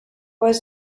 was